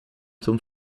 zum